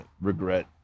regret